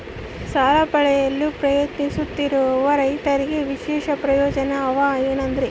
ಸಾಲ ಪಡೆಯಲು ಪ್ರಯತ್ನಿಸುತ್ತಿರುವ ರೈತರಿಗೆ ವಿಶೇಷ ಪ್ರಯೋಜನ ಅವ ಏನ್ರಿ?